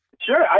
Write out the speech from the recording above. Sure